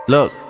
Look